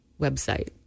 website